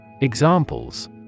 Examples